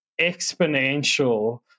exponential